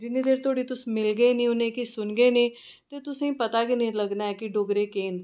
जिन्नी देर तक तुस मिलगे नी उ'नेंगी सुनगे नीं ते तुसेंगी पता गै नीं लग्गना ऐ कि डोगरे केह् न